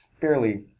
fairly